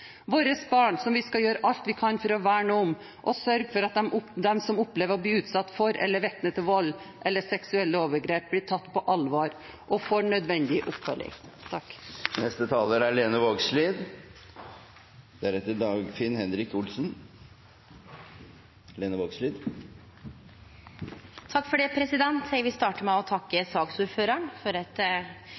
Våre barn skal vi gjøre alt vi kan for å verne om, og sørge for at de som opplever å bli utsatt for eller er vitne til vold eller seksuelle overgrep, blir tatt på alvor og får nødvendig oppfølging. Eg vil starte med å takke saksordføraren for